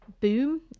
boom